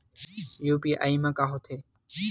UPI मा का होथे?